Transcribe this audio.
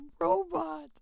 robot